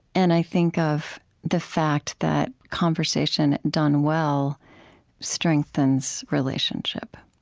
and i think of the fact that conversation done well strengthens relationship,